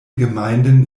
gemeinden